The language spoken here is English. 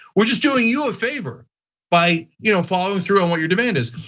we're just doing you a favor by you know following through on what your demand is.